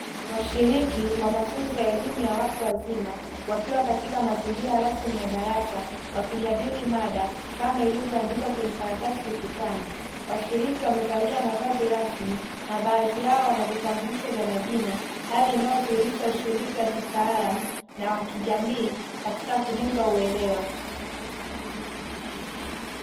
Washiriki wa mafunzo ya elimu ya watu wazima wakiwa katika mazingira rasmi ya darasa wakijadili mada kama ilivyoandikwa kwenye karatasi ukutani. Washiriki wamevalia mavazi rasmi na baadhi yao wana vitambulisho vya majina, hali inayodhirisha ushiriki wakitaaluma na wa kijamii katika kujenga uelewa.